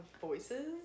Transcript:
voices